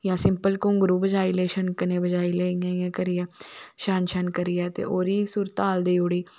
जां सिपंल घुंघरु बजाई ले इयां इयां करिऐ छन छन करियै ते ओहदी सुरताल देई ओड़ी